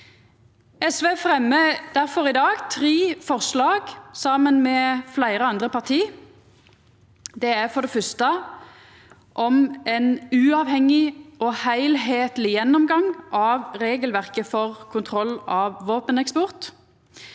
SV fremmer difor i dag tre forslag, saman med fleire andre parti. Det er for det fyrste om ein uavhengig og heilskapleg gjennomgang av regelverket for kontroll av våpeneksport.